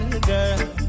girl